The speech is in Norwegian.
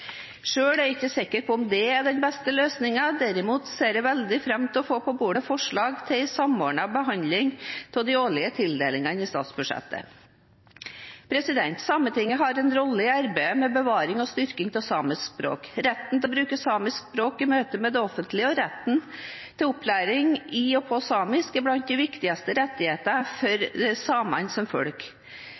er jeg ikke sikker på om det er den beste løsningen. Derimot ser jeg veldig fram til å få på bordet forslag til en samordnet behandling av de årlige tildelingene over statsbudsjettet. Sametinget har en sentral rolle i arbeidet med bevaring og styrking av samisk språk. Retten til å bruke samisk språk i møte med det offentlige og retten til opplæring i og på samisk er blant de viktigste rettighetene for samene som folk.